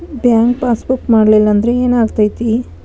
Bank passbook ಮಾಡಲಿಲ್ಲ ಅಂದ್ರೆ ಏನ್ ಆಗ್ತೈತಿ?